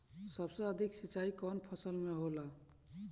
सबसे अधिक सिंचाई कवन फसल में होला?